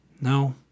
No